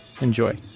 Enjoy